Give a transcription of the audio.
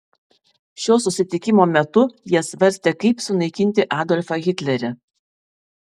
šio susitikimo metu jie svarstė kaip sunaikinti adolfą hitlerį